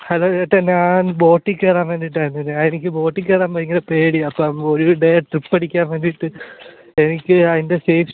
hello ചേട്ടാ ഞാൻ ബോട്ടിൽ കയറാൻ വേണ്ടിയിട്ടായിരുന്നു ഞാന് എനിക്ക് ബോട്ടിൽ കയറാൻ ഭയങ്കര പേടിയാണ് അപ്പം ഒരു ഡേ ട്രിപ്പടിക്കാൻ വേണ്ടിയിട്ട് എനിക്ക് അതിൻ്റെ സേഫ്റ്റ്